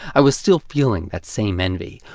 i was still feeling that same envy,